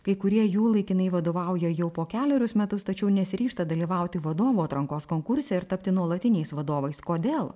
kai kurie jų laikinai vadovauja jau po kelerius metus tačiau nesiryžta dalyvauti vadovų atrankos konkurse ir tapti nuolatiniais vadovais kodėl